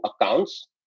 accounts